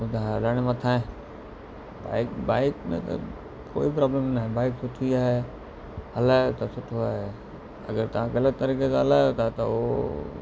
हू त हलाइण मथां आहे बाइक बाइक में त कोई प्रोब्लम न आहे बाइक सुठी आहे हलायो त सुठो आहे अगरि तव्हां ग़लति तरीक़े सां हलायो था त उहो